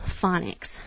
phonics